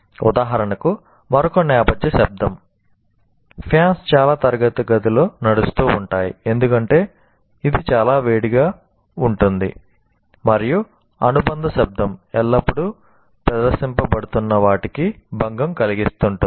ఉదాహరణకు మరొక నేపథ్య శబ్దం ఫ్యాన్స్ చాలా తరగతి గదుల్లో నడుస్తూ ఉంటాయి ఎందుకంటే ఇది చాలా వేడిగా ఉంటుంది మరియు అనుబంధ శబ్దం ఎల్లప్పుడూ ప్రదర్శించబడుతున్న వాటికి భంగం కలిగిస్తుంది